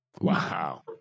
Wow